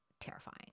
terrifying